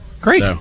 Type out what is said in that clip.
Great